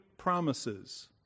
promises